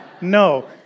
No